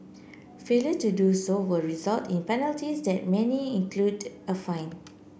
failure to do so will result in penalties that many include a fine